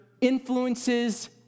influences